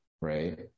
right